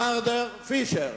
מרדר, פישר.